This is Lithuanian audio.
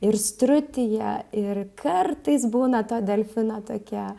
ir strutyje ir kartais būna to delfino tokia